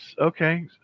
okay